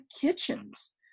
kitchens